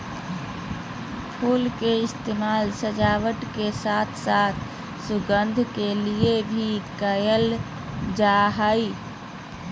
फुल के इस्तेमाल सजावट के साथ साथ सुगंध के लिए भी कयल जा हइ